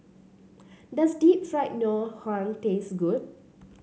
does Deep Fried Ngoh Hiang taste good